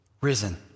risen